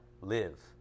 live